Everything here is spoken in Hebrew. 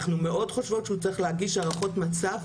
אנחנו מאוד חושבות שהוא צריך להגיש הערכות מצב,